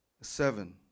seven